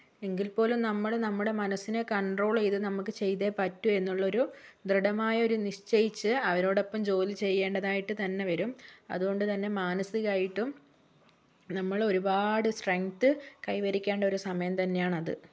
എങ്കിൽ പോലും നമ്മൾ നമ്മുടെ മനസ്സിനെ കൺട്രോള് ചെയ്ത് നമുക്ക് ചെയ്തേ പറ്റൂ എന്നുള്ളൊരു ദൃഢമായൊരു നിശ്ചയിച്ച് അവരോടൊപ്പം ജോലി ചെയ്യേണ്ടതായിട്ട് തന്നെ വരും അതുകൊണ്ടുതന്നെ മാനസികമായിട്ടും നമ്മളൊരുപാട് സ്ട്രെഗ്ത്ത് കൈവരിക്കേണ്ട ഒരു സമയം തന്നെയാണത്